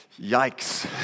Yikes